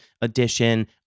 edition